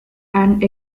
and